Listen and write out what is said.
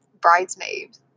bridesmaid